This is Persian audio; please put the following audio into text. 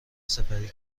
سپری